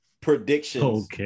predictions